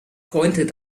pointed